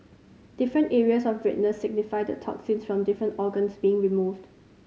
different areas of redness signify the toxins from different organs being removed